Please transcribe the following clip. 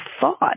thought